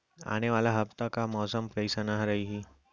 आने वाला हफ्ता मा मौसम कइसना रही?